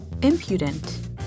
Impudent